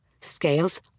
Scales